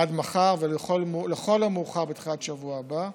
עד מחר ולכל המאוחר בתחילת שבוע הבא,